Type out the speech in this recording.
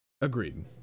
Agreed